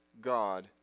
God